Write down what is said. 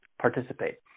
participate